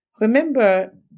Remember